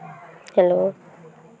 hello